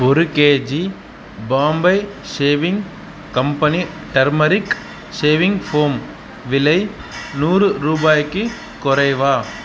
ஒரு KG Bombay shaving company turmeric shaving foam விலை நூறு ரூபாய்க்குக் குறைவா